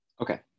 Okay